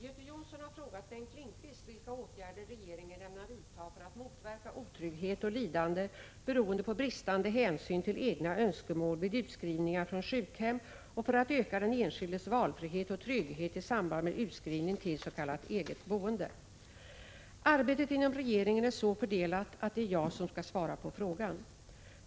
Herr talman! Göte Jonsson har frågat Bengt Lindqvist vilka åtgärder regeringen ämnar vidta för att motverka otrygghet och lidande beroende på bristande hänsyn till egna önskemål vid utskrivningar från sjukhem och för att öka den enskildes valfrihet och trygghet i samband med utskrivning till s.k. eget boende. Arbetet inom regeringen är så fördelat att det är jag som skall svara på frågan.